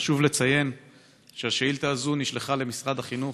חשוב לציין שהשאילתה הזאת נשלחה למשרד החינוך